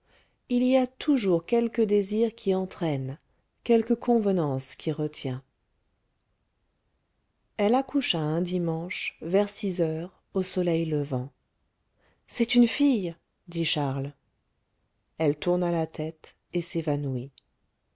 il y a toujours quelque désir qui entraîne quelque convenance qui retient elle accoucha un dimanche vers six heures au soleil levant c'est une fille dit charles elle tourna la tête et s'évanouit